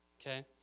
Okay